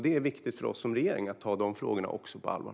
Det är viktigt för oss i regeringen att även ta de frågorna på allvar.